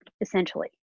essentially